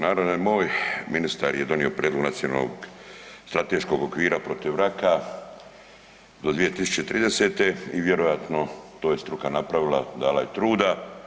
Narode moj, ministar je donio Prijedlog Nacionalnog strateškog okvira protiv raka do 2030. i vjerojatno to je struka napravila, dala je truda.